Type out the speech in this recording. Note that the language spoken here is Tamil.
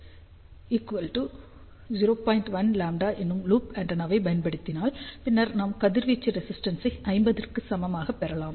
1λ என்னும் லூப் ஆண்டெனா ஐப் பயன்படுத்தினால் பின்னர் நாம் கதிர்வீச்சு ரெசிஸ்டென்ஸை 50Ω க்கு சமமாகப் பெறலாம்